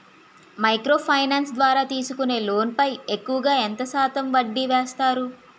Micro finance ద్వారా తీసుకునే loan పై ఎక్కువుగా ఎంత శాతం వడ్డీ వేస్తారు?